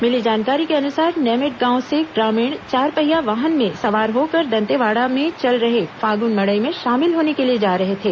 मिली जानकारी के अनुसार नैमेड गांव से ग्रामीण चारपहिया वाहन में सवार होकर दंतेवाड़ा में चल रहे फागुन मड़ई में शामिल होने के लिए जा रहे थे